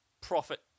profit